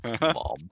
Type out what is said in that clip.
Mom